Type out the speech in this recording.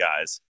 guys